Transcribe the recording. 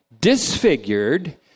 disfigured